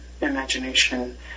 imagination